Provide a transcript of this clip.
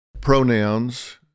pronouns